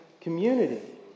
community